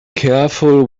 careful